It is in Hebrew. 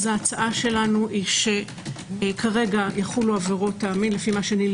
ההצעה שלנו היא שכרגע יחולו עבירות המין לפי מה שנילי